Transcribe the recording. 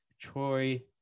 Troy